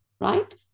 right